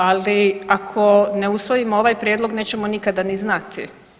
Ali, ako ne usvojimo ovaj prijedlog, nećemo nikada ni znati.